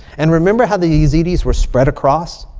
and remember how the yazidis were spread across?